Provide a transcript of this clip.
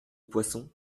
poisson